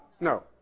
No